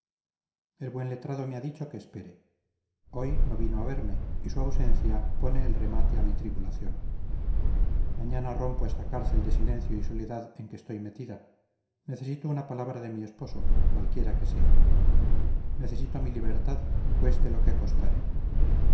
el buen letrado me ha dicho que espere hoy no vino a verme y su ausencia pone el remate a mi tribulación mañana rompo esta cárcel de silencio y soledad en que estoy metida necesito una palabra de mi esposo cualquiera que sea necesito mi libertad cueste lo que costare